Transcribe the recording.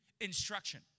instruction